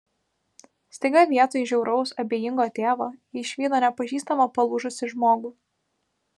staiga vietoj žiauraus abejingo tėvo ji išvydo nepažįstamą palūžusį žmogų